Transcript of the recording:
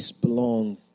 belong